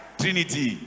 trinity